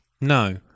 No